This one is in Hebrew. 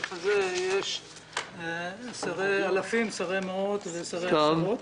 יש שרי אלפים, שרי מאות ושרי יחידות.